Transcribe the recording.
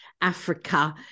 Africa